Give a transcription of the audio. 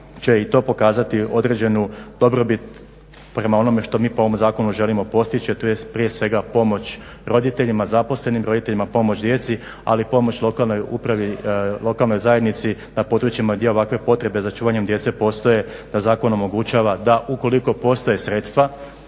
će i to pokazati određenu dobrobit prema onome što mi po ovom zakonu želimo postići, a to je prije svega pomoć roditeljima, zaposlenim roditeljima, pomoć djeci, ali i pomoć lokalnoj upravi, lokalnoj zajednici na područjima gdje ovakve potrebe za čuvanjem djece postoje, da zakon omogućava da ukoliko postoje sredstva,